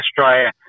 Australia